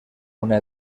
una